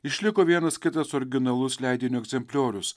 išliko vienas kitas originalus leidinio egzempliorius